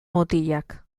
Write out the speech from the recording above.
mutilak